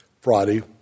Friday